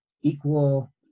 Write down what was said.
Equal